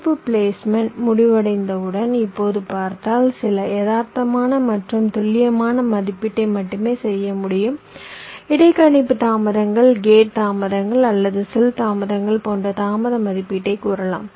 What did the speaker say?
தடுப்பு பிளேஸ்மெண்ட் முடிவடைந்தவுடன் இப்போது பார்த்தால் சில யதார்த்தமான மற்றும் துல்லியமான மதிப்பீட்டை மட்டுமே செய்ய முடியும் இடைக்கணிப்பு தாமதங்கள் கேட் தாமதங்கள் அல்லது செல் தாமதங்கள் போன்ற தாமத மதிப்பீட்டை கூறலாம்